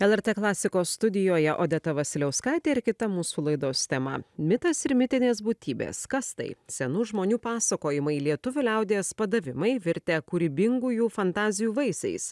lrt klasikos studijoje odeta vasiliauskaitė ir kita mūsų laidos tema mitas ir mitinės būtybės kas tai senų žmonių pasakojimai lietuvių liaudies padavimai virtę kūrybingųjų fantazijų vaisiais